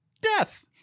Death